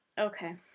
Okay